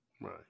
Right